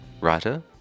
writer